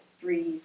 three